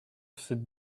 sit